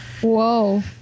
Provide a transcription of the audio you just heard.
Whoa